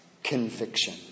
Conviction